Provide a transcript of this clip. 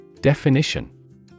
Definition